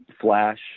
Flash